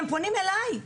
הם פונים אליי,